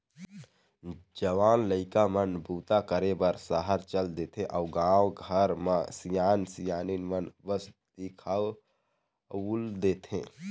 जवान लइका मन बूता करे बर सहर चल देथे अउ गाँव घर म सियान सियनहिन मन बस दिखउल देथे